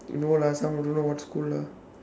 no lah some don't know what school lah